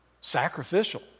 sacrificial